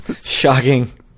shocking